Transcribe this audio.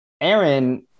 aaron